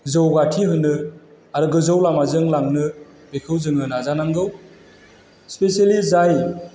जौगाथि होनो आरो गोजौ लामाजों लांनो बेखौ जोङो नाजानांगौ स्पेसियेलि जाय